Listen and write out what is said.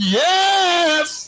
yes